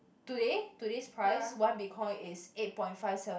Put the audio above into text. today today's price one Bitcoin is eight point five seven